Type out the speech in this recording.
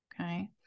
Okay